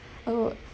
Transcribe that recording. oh